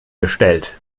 gestellt